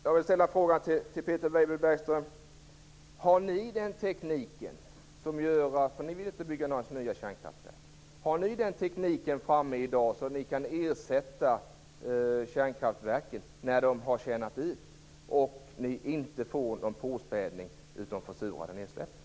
Jag vill ställa en fråga till Peter Weibull Bernström: Ni vill inte bygga nya kärnkraftverk, men har ni den tekniken framme i dag som kan ersätta kärnkraftverken när de har tjänat ut som inte innebär någon påspädning av försurande nedsläpp?